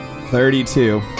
Thirty-two